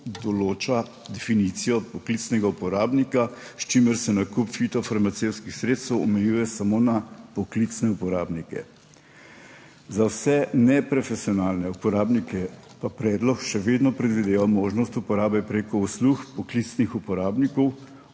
določa definicijo poklicnega uporabnika, s čimer se nakup fitofarmacevtskih sredstev omejuje samo na poklicne uporabnike. Za vse neprofesionalne uporabnike pa predlog še vedno predvideva možnost uporabe prek uslug poklicnih uporabnikov,